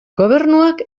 gobernuak